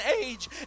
age